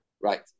right